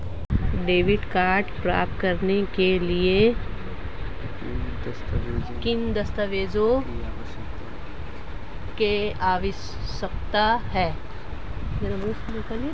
Debit card प्राप्त करने के लिए किन दस्तावेज़ों की आवश्यकता होती है?